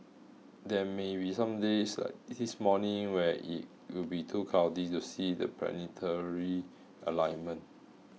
there may be some days like this morning where it will be too cloudy to see the planetary alignment